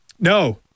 No